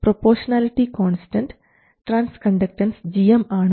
proportionality constant transconductance gm ആണ്